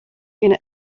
kinne